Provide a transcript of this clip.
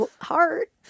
heart